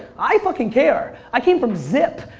i fucking care. i came from zip.